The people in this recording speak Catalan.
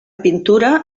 pintura